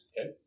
Okay